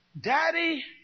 Daddy